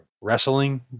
wrestling